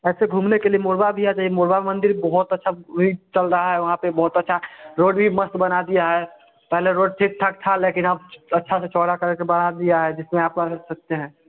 ऐसे घूमने के लिए मोरवा भी आ जाइए मोरवा मंदिर बहुत अच्छा भी चल रहा वहाँ पे बहुत अच्छा रोड भी मस्त बना दिया है पहले रोड ठीक ठाक था लेकिन अब अच्छा सा चौड़ा करेके बढ़ा दिया है जिसमें आप पार जा सकते हैं